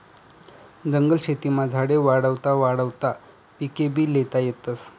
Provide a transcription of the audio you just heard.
जंगल शेतीमा झाडे वाढावता वाढावता पिकेभी ल्हेता येतस